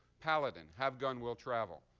paladin, have gun will travel.